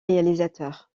réalisateurs